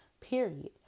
Period